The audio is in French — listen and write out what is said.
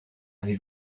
avez